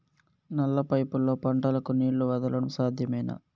నల్ల పైపుల్లో పంటలకు నీళ్లు వదలడం సాధ్యమేనా?